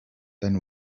then